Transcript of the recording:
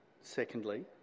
Secondly